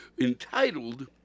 entitled